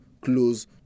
close